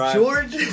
George